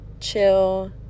chill